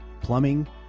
plumbing